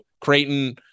Creighton